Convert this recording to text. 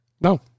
No